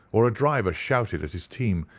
or a driver shouted at his team,